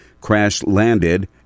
crash-landed